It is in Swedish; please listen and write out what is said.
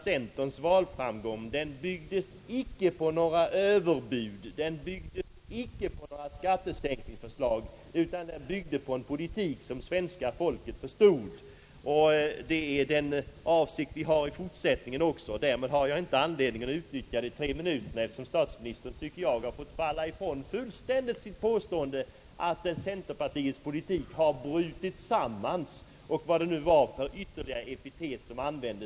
Centerns valframgång byggde icke på några överbud eller på några skattesänkningsförslag, utan på en politik som svenska folket förstod. Den politiken skall vi driva även i fortsättningen. Härmed har jag inte anledning att utnyttja de tillåtna tre minuterna för replikskifte, eftersom jag anser att statsministern fullständigt måst falla ifrån sitt påstående att centerpartiets politik har brutit samman, eller vilket epitet han nu använde.